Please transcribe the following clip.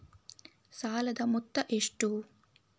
ಸಾಲದ ಮೊತ್ತ ಎಷ್ಟು?